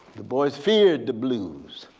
du bois feared the blues.